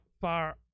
far